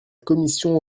commission